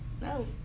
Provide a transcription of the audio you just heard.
No